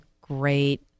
great